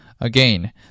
again